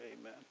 Amen